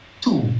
Two